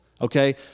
Okay